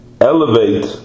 elevate